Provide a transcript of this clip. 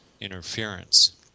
interference